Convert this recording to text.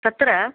तत्र